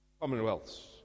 commonwealths